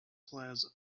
plaza